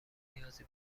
نیازی